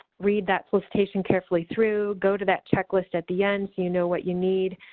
read that solicitation carefully through, go to that checklist at the end so you know what you need,